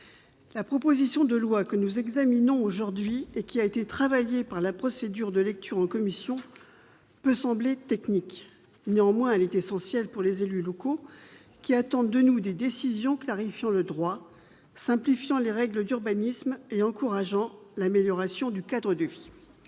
la proposition de loi que nous examinons aujourd'hui, et qui a été étudiée selon la procédure de législation en commission, peut sembler technique. Néanmoins, elle est essentielle pour les élus locaux, qui attendent de nous des décisions clarifiant le droit, simplifiant les règles d'urbanisme et encourageant l'amélioration du cadre de vie.